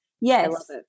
Yes